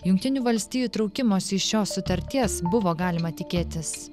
jungtinių valstijų traukimosi iš šios sutarties buvo galima tikėtis